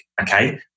okay